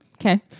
Okay